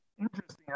Interesting